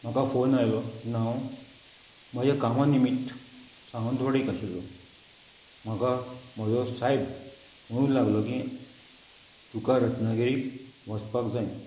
म्हाका फोन आयलो तेन्ना हांव म्हज्या कामान निमित सावंतवाडीक आशिल्लो म्हाका म्हजो सायब म्हणू लागलो की तुका रत्नागिरीक वचपाक जाय